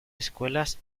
escuelas